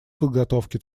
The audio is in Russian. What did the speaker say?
подготовке